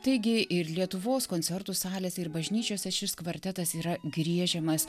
taigi ir lietuvos koncertų salėse ir bažnyčiose šis kvartetas yra griežiamas